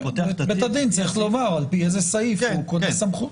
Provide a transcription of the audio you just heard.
בית הדין צריך לומר על פי איזה סעיף הוא קונה סמכות.